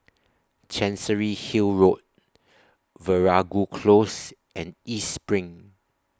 Chancery Hill Road Veeragoo Close and East SPRING